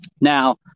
Now